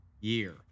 year